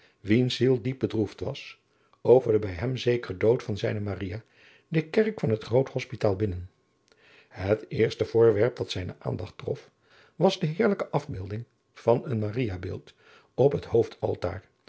wiens ziel diep bedroefd was over den bij hem zekeren dood van zijne maria de kerk van het groot hospitaal binnen het eerste voorwerp dat zijne aandacht trof was de heerlijke afbeelding van een maria beeld op het hoofdaltaar